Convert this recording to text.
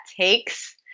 takes